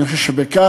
אני חושב שבכך,